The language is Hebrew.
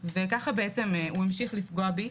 וכך הוא המשיך לפגוע בי